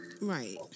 Right